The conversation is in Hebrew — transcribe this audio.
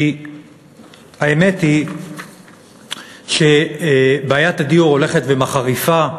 כי האמת היא שבעיית הדיור הולכת ומחריפה,